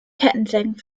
kettensägen